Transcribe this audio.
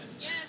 yes